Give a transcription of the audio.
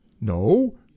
No